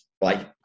Bye